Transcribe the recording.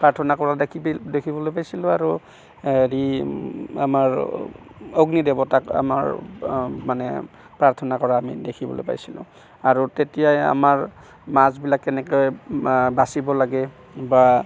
প্ৰাৰ্থনা কৰা দেখিবি দেখিবলৈ পাইছিলোঁ আৰু হেৰি আমাৰ অগ্নিদেৱতাক আমাৰ মানে প্ৰাৰ্থনা কৰা আমি দেখিবলৈ পাইছিলোঁ আৰু তেতিয়াই আমাৰ মাছবিলাক কেনেকৈ বাচিব লাগে বা